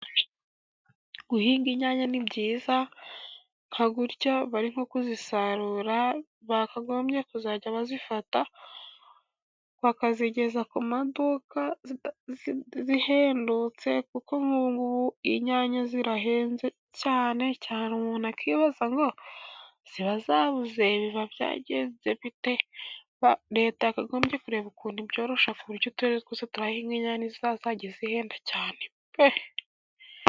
Guhinga inyanya ni byiza nka gutyo bari nko kuzisarura bakagombye kuzajya bazifata bakazigeza ku maduka zihendutse, kuko nkubu inyanya zirahenze cyane cyane, umuntu akibaza ngo ziba zabuze biba byagenze bite? Leta yakagombye kureba ukuntu ibyororoshya ku buryo uturere twose twajya duhinga inyanya ntizajya zihenda cyane pe.